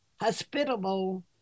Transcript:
hospitable